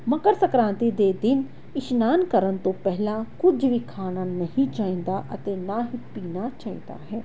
ਮਕਰ ਸੰਕ੍ਰਾਂਤੀ ਦੇ ਦਿਨ ਇਸ਼ਨਾਨ ਕਰਨ ਤੋਂ ਪਹਿਲਾਂ ਕੁਝ ਵੀ ਖਾਣਾ ਨਹੀਂ ਚਾਹੀਦਾ ਅਤੇ ਨਾ ਹੀ ਪੀਣਾ ਚਾਹੀਦਾ ਹੈ